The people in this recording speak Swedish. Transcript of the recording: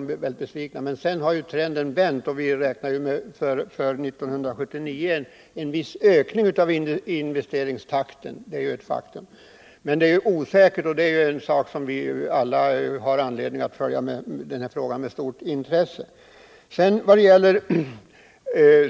vi varit väldigt besvikna. Men sedan har trenden vänt, och vi räknar för 1979 med en viss ökning av investeringstakten. Den är emellertid osäker, och vi har alla anledning att följa frågan med stor uppmärksamhet.